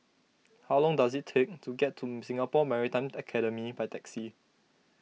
how long does it take to get to Singapore Maritime Academy by taxi